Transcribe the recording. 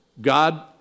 God